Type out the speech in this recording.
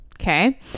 Okay